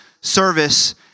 service